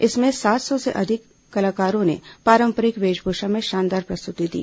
इसमें सात सौ से अधिक कलाकारों ने पारम्परिक वेशभूषा में शानदार प्रस्तुति दी